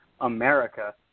America